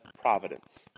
providence